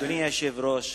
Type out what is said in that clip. אדוני היושב-ראש,